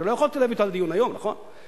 הרי לא יכולתי להביא אותה לדיון היום, נכון?